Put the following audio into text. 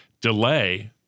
delay